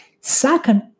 Second